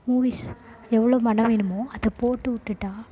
movies எவ்வளோ பணம் வேணுமோ அதை போட்டு விட்டுட்டா